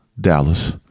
Dallas